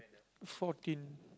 fourteen